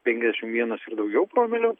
penkiasdešim vienas ir daugiau promilių